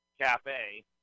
cafe